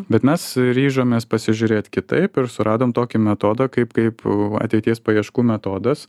bet mes ryžomės pasižiūrėt kitaip ir suradom tokį metodą kaip kaip ateities paieškų metodas